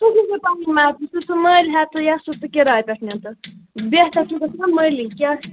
سُہ چھُ ژےٚ پَنٕنۍ مرضی ژٕ سُہ مٔلۍ ہیٚتہٕ یا سُہ ژٕ کرایہِ پیٚٹھ نِتہٕ بہتر چھِی گژھان مٔلِی کیٛازِکہِ